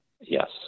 Yes